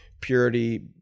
purity